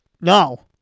No